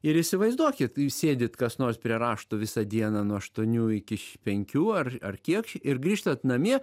ir įsivaizduokit jūs sėdit kas nors prie raštų visą dieną nuo aštuonių iki penkių ar ar kiek ir grįžtat namie